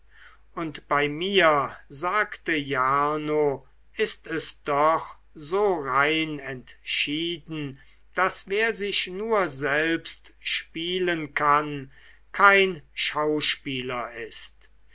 und bei mir sagte jarno ist es doch so rein entschieden daß wer sich nur selbst spielen kann kein schauspieler ist